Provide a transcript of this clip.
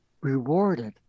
rewarded